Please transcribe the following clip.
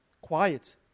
quiet